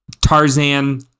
Tarzan